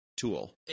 tool